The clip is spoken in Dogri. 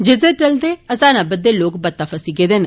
जिसदे चलदे हजारां बद्दे लोक बत्ता फसी गेदे न